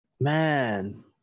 Man